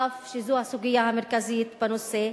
אף שזו הסוגיה המרכזית בנושא,